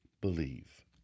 believe